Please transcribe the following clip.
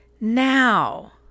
Now